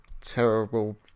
terrible